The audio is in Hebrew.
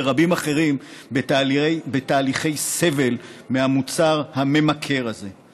ורבים אחרים בתהליכי סבל מהמוצר הממכר הזה.